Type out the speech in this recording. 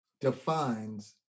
defines